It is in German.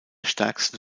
stärksten